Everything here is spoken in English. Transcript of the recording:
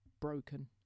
broken